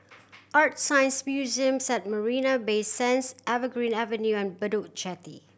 ArtScience Museum at Marina Bay Sands Evergreen Avenue and Bedok Jetty